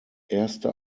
erste